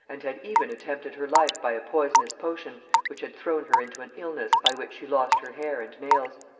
and had even attempted her life by a poisonous potion which had thrown her into an illness by which she lost her hair and nails.